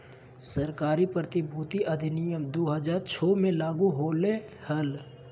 सरकारी प्रतिभूति अधिनियम दु हज़ार छो मे लागू होलय हल